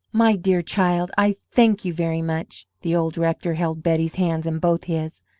my dear child, i thank you very much! the old rector held betty's hand in both his.